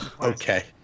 Okay